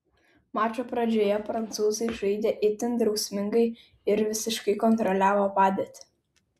mačo pradžioje prancūzai žaidė itin drausmingai ir visiškai kontroliavo padėtį